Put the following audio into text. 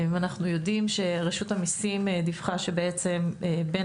אנחנו יודעים שרשות המיסים דיווחה שבעצם בין